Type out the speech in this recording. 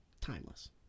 timeless